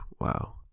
wow